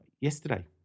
yesterday